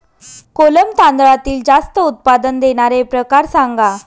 कोलम तांदळातील जास्त उत्पादन देणारे प्रकार सांगा